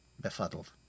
befuddled